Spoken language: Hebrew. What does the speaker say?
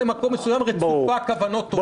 למקום מסוים רצופה כוונות טובות --- ברור,